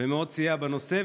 ומאוד סייע בנושא,